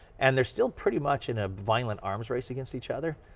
and they're still pretty much in a violent arms race against each other.